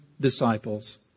disciples